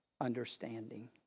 understanding